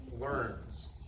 learns